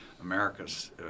America's